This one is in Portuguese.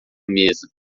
mesa